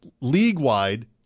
league-wide